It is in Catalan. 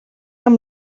amb